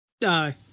No